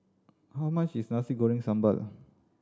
how much is Nasi Goreng Sambal